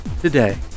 today